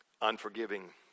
unforgiving